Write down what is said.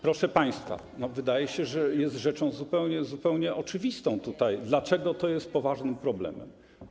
Proszę państwa, wydaje się, że jest rzeczą zupełnie oczywistą tutaj, dlaczego to jest poważnym problemem.